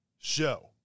show